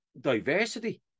diversity